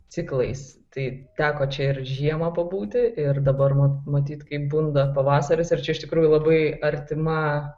ciklais tai teko čia ir žiemą pabūti ir dabar mat matyt kai bunda pavasaris ir čia iš tikrųjų labai artima